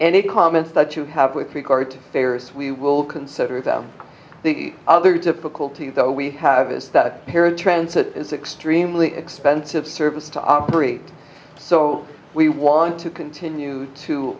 any comments that you have with regard to figures we will consider them the other difficulty though we have is that paratransit is extremely expensive service to operate so we want to continue to